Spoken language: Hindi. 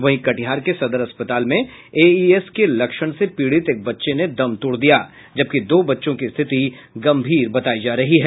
वहीं कटिहार के सदर अस्पताल में एईएस के लक्षण से पीड़ित एक बच्चे ने दम तोड़ दिया जबकि दो बच्चों की रिथति गंभीर बतायी जा रही है